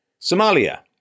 Somalia